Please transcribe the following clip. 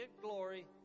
glory